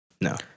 No